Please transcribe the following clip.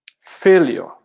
Failure